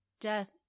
Death